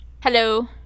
Hello